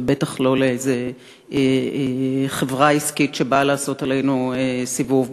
ובטח לא לאיזו חברה עסקית שבאה לעשות עלינו סיבוב,